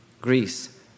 Greece